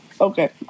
Okay